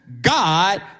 God